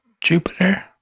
Jupiter